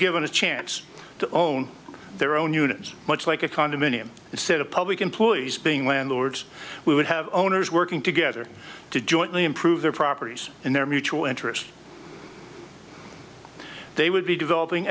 given a chance to own their own units much like a condominium instead of public employees being landlords we would have owners working together to jointly improve their properties in their mutual interest they would be developing